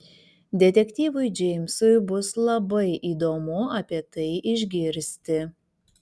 detektyvui džeimsui bus labai įdomu apie tai išgirsti